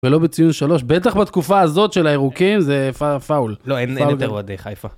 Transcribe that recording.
ולא בציון שלוש, בטח בתקופה הזאת של הירוקים זה פאול. לא, אין, אין יותר אוהדי חיפה.